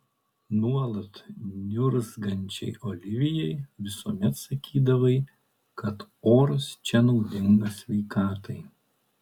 nuolat niurzgančiai olivijai visuomet sakydavai kad oras čia naudingas sveikatai